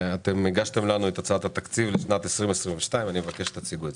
הגשתם לנו את הצעת התקציב לשנת 2020 ואני מבקש שתציגו אותה.